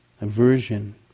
aversion